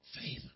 faith